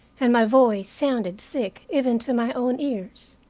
and my voice sounded thick even to my own ears.